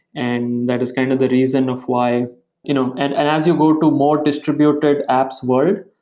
and that is kind of the reason of why you know and and as you go to more distributed apps world,